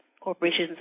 corporations